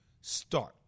start